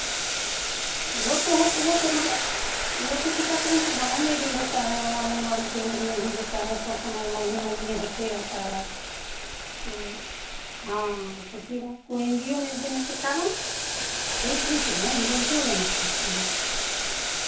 वो तो हो तो वो तो मतलब वो तो टीकाकरण तो गाँव में भी होता है आंगनवाड़ी केंद्र में भी होता है और सब समय महीने महीने होते रहेता है तो हाँ तो फिर आपको एन जी ओ में देने का कारण वही पूछ रहे हैं एन जी ओ में क्यों देना चाहते हैं